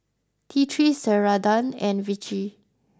T three Ceradan and Vichy